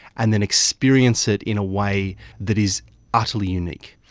and then experience it in a way that is utterly unique.